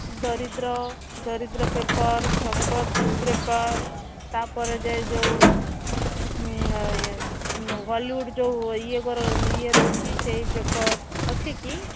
ଦରିଦ୍ର ଦରିଦ୍ର ପେପର୍ ସମ୍ୱାଦ ପେପର୍ ତା'ପରେ ଯାଇ ଯେଉଁ ହଲିଉଡ଼୍ ଯେଉଁ ଇଏ କର ଇଏ ରହୁଛି ସେହି ପେପର୍ ଅଛି କି